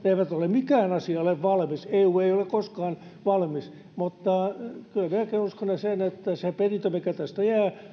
mikään asia ei ole valmis eu ei ole koskaan valmis mutta kyllä minäkin uskon sen että se perintö mikä tästä jää